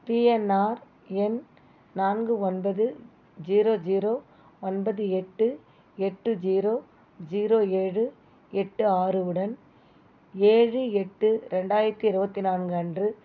PNR எண் நான்கு ஒன்பது ஜீரோ ஜீரோ ஒன்பது எட்டு எட்டு ஜீரோ ஜீரோ ஏழு எட்டு ஆறு உடன் ஏழு எட்டு ரெண்டாயிரத்து இருபத்தி நான்கு அன்று